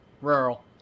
Rural